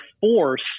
force